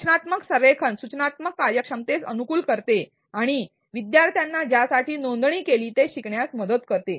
रचनात्मक संरेखन सूचनात्मक कार्यक्षमतेस अनुकूल करते आणि विद्यार्थ्यांना ज्यासाठी नोंदणी केली ते शिकण्यास मदत करते